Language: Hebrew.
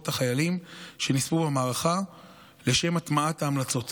חיילים שנספו במערכה לשם הטמעת המלצות